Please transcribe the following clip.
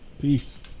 peace